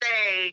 say